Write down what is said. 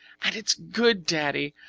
and it's good, daddy,